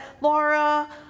laura